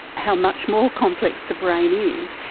how much more complex the brain is,